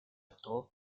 though